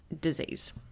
disease